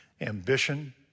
ambition